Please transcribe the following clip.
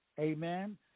amen